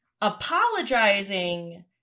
apologizing